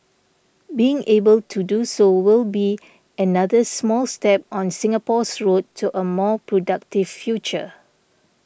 being able to do so will be another small step on Singapore's road to a more productive future